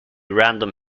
random